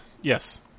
Yes